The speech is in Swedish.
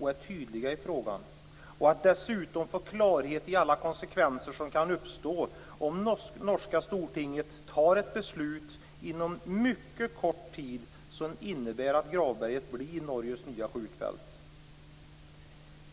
och är tydliga, i frågan och att dessutom få klarhet i alla konsekvenser som kan uppstå om norska Stortinget fattar ett beslut inom mycket kort tid som innebär att Gravberget blir Norges nya skjutfält.